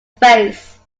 face